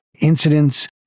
incidents